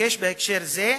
מתבקש בהקשר זה,